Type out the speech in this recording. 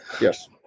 yes